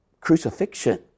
crucifixion